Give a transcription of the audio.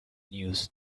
news